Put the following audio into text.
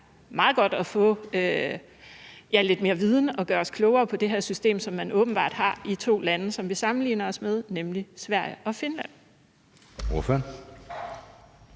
meget godt at få lidt mere viden og gøre sig klogere på det her system, som man åbenbart har i to lande, som vi sammenligner os med, nemlig Sverige og Finland?